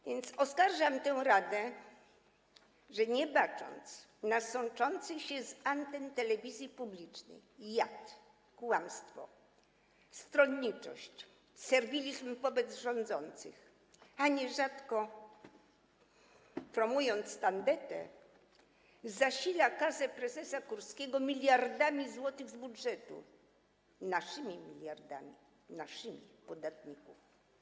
A więc oskarżam tę radę, że nie bacząc na sączący się z anten telewizji publicznej jad, na kłamstwo, stronniczość, serwilizm wobec rządzących, a nierzadko promując tandetę, zasila kasę prezesa Kurskiego miliardami złotych z budżetu, naszymi miliardami, naszymi - podatników.